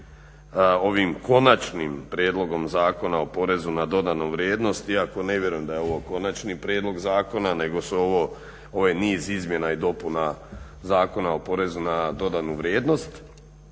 ovim Konačnim prijedlogom zakona o porezu na dodanu vrijednost, iako ne vjerujem da je ovo Konačni prijedlog zakona nego su ovo, ovo je niz izmjena i dopuna Zakona o porezu na dodanu vrijednost.